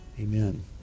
amen